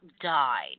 died